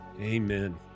Amen